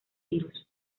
virus